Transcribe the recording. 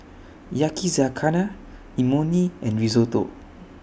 Yakizakana Imoni and Risotto